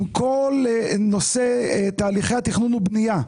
עם כל נושא תהליכי התכנון והבנייה,